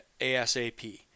asap